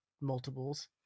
multiples